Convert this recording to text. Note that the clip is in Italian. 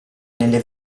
nelle